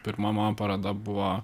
pirma mano paroda buvo